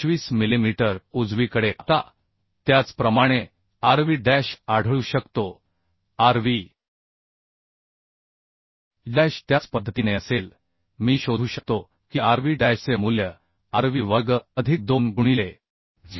25 millimetre आता त्याचप्रमाणे Rv dash आढळू शकतो Rv डॅश त्याच पद्धतीने असेल मी शोधू शकतो की Rv डॅशचे मूल्य Rv वर्ग अधिक 2 गुणिले Cy